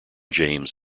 james